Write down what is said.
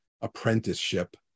apprenticeship